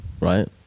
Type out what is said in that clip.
right